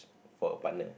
for a partner